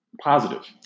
positive